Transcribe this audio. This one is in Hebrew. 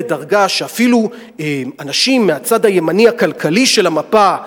לדרגה שאפילו אנשים מהצד הימני הכלכלי של המפה,